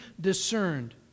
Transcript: discerned